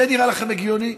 זה נראה לכם הגיוני?